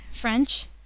French